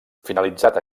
finalitzat